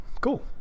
cool